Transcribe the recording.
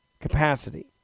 capacity